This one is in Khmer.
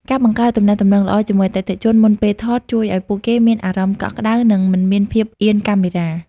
ការបង្កើតទំនាក់ទំនងល្អជាមួយអតិថិជនមុនពេលថត ជួយឱ្យពួកគេមានអារម្មណ៍កក់ក្ដៅ និងមិនមានភាពអៀនកាមេរ៉ា។